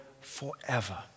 forever